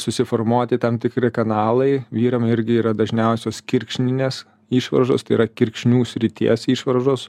susiformuoti tam tikri kanalai vyram irgi yra dažniausios kirkšninės išvaržos tai yra kirkšnių srities išvaržos